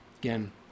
Again